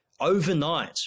overnight